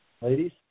ladies